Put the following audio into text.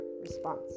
response